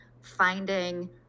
finding